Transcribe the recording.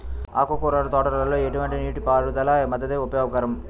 ఆకుకూరల తోటలలో ఎటువంటి నీటిపారుదల పద్దతి ఉపయోగకరం?